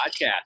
Podcast